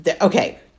okay